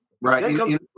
Right